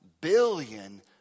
billion